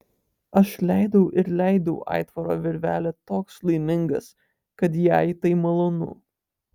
aš leidau ir leidau aitvaro virvelę toks laimingas kad jai tai malonu